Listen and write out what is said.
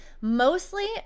mostly